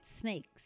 snakes